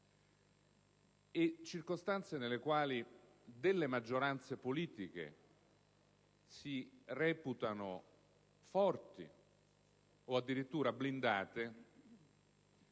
le circostanze nelle quali delle maggioranze politiche si reputano forti o addirittura blindate